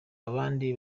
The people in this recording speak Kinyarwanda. abandi